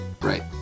Right